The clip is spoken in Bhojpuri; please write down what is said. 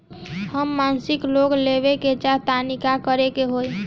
हम मासिक लोन लेवे के चाह तानि का करे के होई?